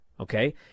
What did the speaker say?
Okay